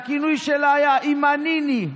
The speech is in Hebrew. הכינוי שלה היה "אימא ניני".